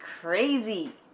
crazy